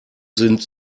sind